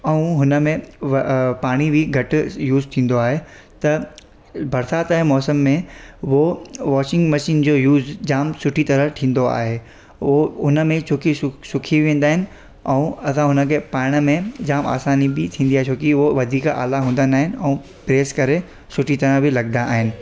ऐं हुनमें व अ पाणी बि घटि यूज़ थींदो आहे त बरसाति जे मौसम में उहो वॉशिंग मशीन जो यूज़ जाम सुठी तराहं थींदो आहे उहो हुनमें छोकी सुकी वेंदा आहिनि ऐं असां हुनखे पाइण में जाम असानी बि थींदी आहे छोकी उहो वधीक आला हूंदा न आहिनि ऐं प्रेस करे सुठी तराहं बि लॻंदा आहिनि